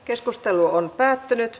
keskustelu päättyi